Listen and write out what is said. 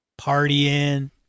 partying